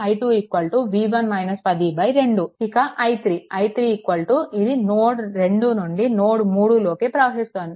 కనుక i2 v1 - 102 ఇక i3 i3 ఇది నోడ్ 2 నుండి నోడ్ 3 కి ప్రవహిస్తుంది